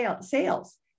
sales